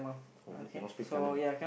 oh cannot speak Tamil